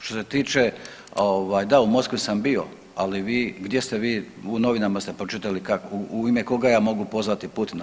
Što se tiče ovaj da u Moskvi sam bio, ali vi, gdje ste vi u novinama ste pročitali u ime koga ja mogu pozvati Putina.